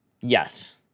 yes